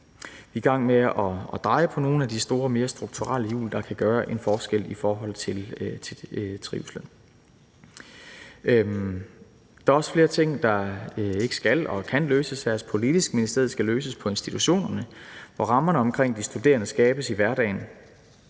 Vi er i gang med at dreje på nogle af de store mere strukturelle hjul, der kan gøre en forskel i forhold til trivslen. Der er også flere ting, der ikke skal og kan løses af os politisk, men i stedet skal løses på institutionerne, hvor rammerne omkring de studerende skabes i hverdagen.